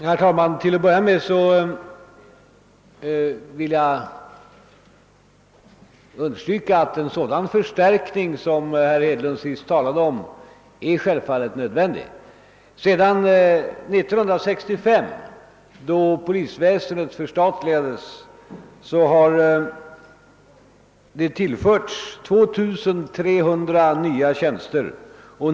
Herr talman! Till att börja med vill jag understryka att en sådan förstärkning som herr Hedlund sist talade om självfallet är nödvändig. Sedan 1965 då polisväsendet förstatligades har det tillförts 2300 nya tjänster.